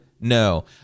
no